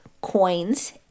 coins